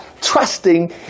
trusting